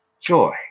joy